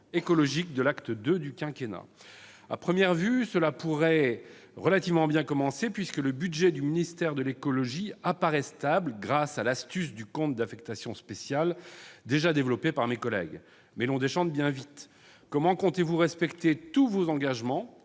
écologique de l'acte II du quinquennat. À première vue, cela pourrait relativement bien commencer, puisque le budget du ministère de l'écologie apparaît stable, grâce à l'astuce du compte d'affectation spéciale, ce qui a déjà été développé par mes collègues. Mais on déchante bien vite. Madame la ministre, comment comptez-vous respecter tous vos engagements